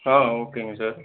ஆ ஓகேங்க சார்